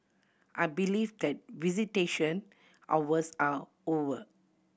I believe that visitation hours are over